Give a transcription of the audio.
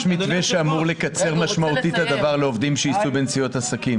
יש מתווה שאמור לקצר משמעותית את הדבר לעובדים שייסעו בנסיעות עסקים,